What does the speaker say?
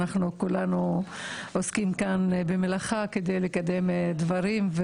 כולנו עושים במלאכה כדי לקדם דברים.